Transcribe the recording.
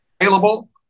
available